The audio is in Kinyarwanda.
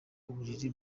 uburiri